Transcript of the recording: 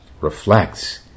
reflects